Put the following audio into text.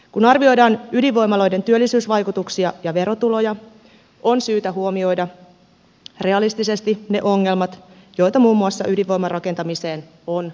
kun arvioidaan ydinvoimaloiden työllisyysvaikutuksia ja verotuloja on syytä huomioida realistisesti ne ongelmat joita muun muassa ydinvoimarakentamiseen on liittynyt